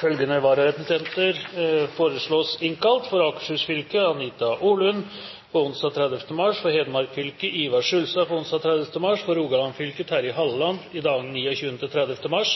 Følgende vararepresentanter innkalles for å møte i permisjonstiden: For Akershus fylke: Anita Orlund for onsdag 30. mars For Hedmark fylke: Ivar Skulstad for onsdag 30. mars For Rogaland fylke: Terje Halleland i dagene 29. og 30. mars